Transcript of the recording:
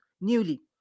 newly